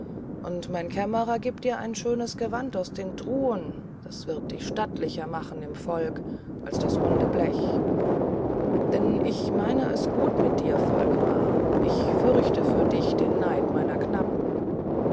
und mein kämmerer gibt dir ein schönes gewand aus den truhen das wird dich stattlicher machen im volk als das runde blech denn ich meine es gut mit dir volkmar ich fürchte für dich den neid meiner knappen